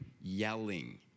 yelling